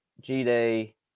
G-Day